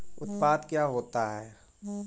उत्पाद क्या होता है?